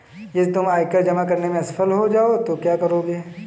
यदि तुम आयकर जमा करने में असफल हो जाओ तो क्या करोगे?